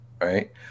right